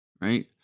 right